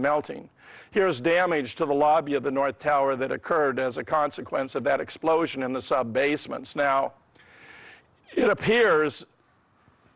melting here is damage to the lobby of the north tower that occurred as a consequence of that explosion in the subbasements now it appears